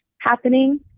happening